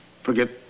Forget